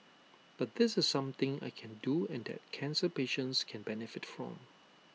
but this is something I can do and that cancer patients can benefit from